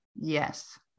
yes